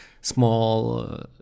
small